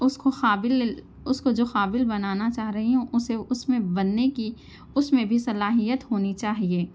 اُس کو قابل اُس کو جو قابل بنانا چاہ رہی ہوں اُسے اُس میں بننے کی اُس میں بھی صلاحیت ہونی چاہیے